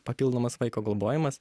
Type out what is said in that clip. papildomas vaiko globojimas